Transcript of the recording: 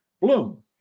bloom